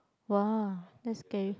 !woah! that's scary